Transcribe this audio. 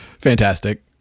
Fantastic